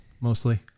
mostly